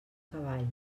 cavall